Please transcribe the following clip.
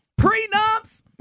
prenups